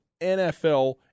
NFL